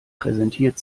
präsentiert